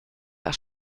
der